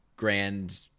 grand